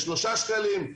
בשלושה שקלים,